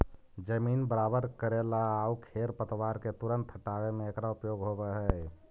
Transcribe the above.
जमीन बराबर कऽरेला आउ खेर पतवार के तुरंत हँटावे में एकरा उपयोग होवऽ हई